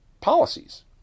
policies